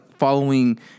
following